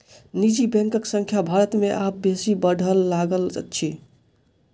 निजी बैंकक संख्या भारत मे आब बेसी बढ़य लागल अछि